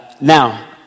Now